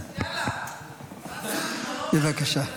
יאללה --- בבקשה.